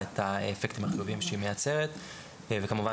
את האפקטים החיוביים שהיא מייצרת וכמובן